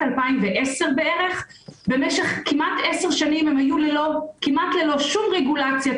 2010. במשך כמעט 10 שנים הן היו כמעט ללא שום רגולציה,